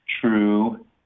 true